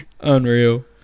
Unreal